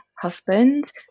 husband